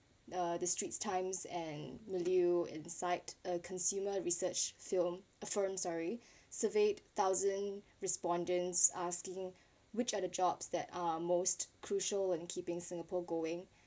the straits times and milieu insight a consumer research film uh firm sorry surveyed thousand respondents asking which are the jobs that are most crucial and keeping singapore going